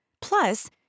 Plus